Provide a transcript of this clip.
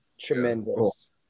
tremendous